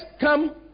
come